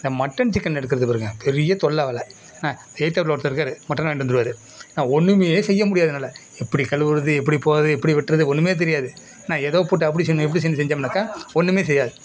இந்த mutton chicken எடுக்கிறது பாருங்கள் பெரிய தொல்லை வேலை என்ன எய்த்த வீட்டில் ஒருத்தர் இருக்கார் மட்டன் வாய்ன்ட்டு வந்துடுவாரு என்ன ஒன்றுமே செய்ய முடியாது என்னால் எப்படி கழுவுறது எப்படி போறது எப்படி வெட்டுறது ஒன்றுமே தெரியாது நான் ஏதோ போட்டு அப்படி செய்யணும் இப்படி செய்யணும் செஞ்சோம்னாக்கா ஒன்றுமே செய்யாது